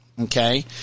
okay